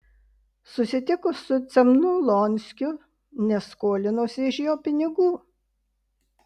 susitiko su cemnolonskiu nes skolinosi iš jo pinigų